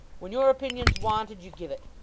when your opinion's wanted, you give it.